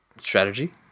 strategy